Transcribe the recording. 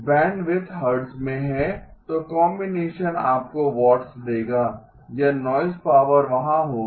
तो कॉम्बिनेशन आपको वाट्स देगा यह नॉइज़ पावर वहाँ होगी